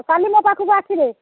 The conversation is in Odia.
କାଲି ମୋ ପାଖକୁ ଆସିବେ